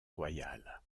royal